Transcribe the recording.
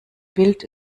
bild